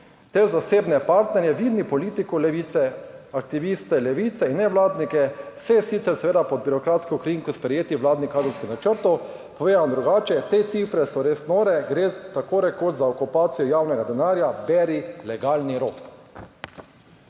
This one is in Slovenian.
ter zasebne partnerje vidnih politikov Levice, aktiviste levice in nevladnike vse sicer seveda pod birokratsko krinko sprejetih vladnih kadrovskih načrtov, povedano drugače, te cifre so res nore, gre tako rekoč za okupacijo javnega denarja beri "legalni